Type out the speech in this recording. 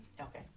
okay